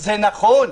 זה נכון.